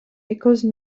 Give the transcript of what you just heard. because